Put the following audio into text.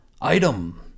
Item